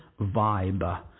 VIBE